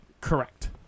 Correct